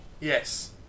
Yes